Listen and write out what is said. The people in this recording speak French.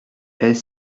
est